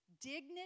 Dignity